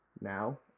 now